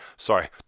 Sorry